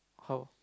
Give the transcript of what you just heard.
how